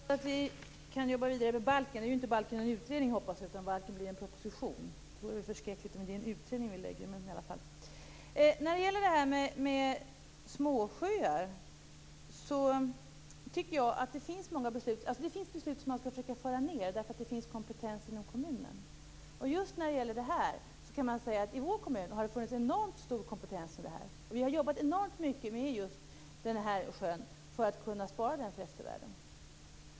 Fru talman! Jag är glad att vi kan jobba vidare med balken. Nu är det ju inte fråga om någon utredning, utan balken skall utmynna i en proposition. Det vore ju förskräckligt om det var en utredning som skulle läggas fram. När det gäller småsjöar är det många beslut som man skall försöka att föra ned på lägre nivåer eftersom det finns kompetens i kommunerna. I vår kommun har det funnits enormt stor kompetens för detta, och vi har jobbat mycket med denna sjö för att kunna spara den till eftervärlden.